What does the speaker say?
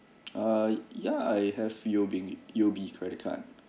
uh yeah I have U_O_B U_O_B credit card